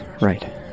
Right